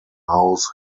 house